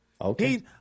Okay